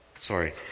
Sorry